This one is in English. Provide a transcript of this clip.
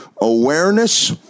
Awareness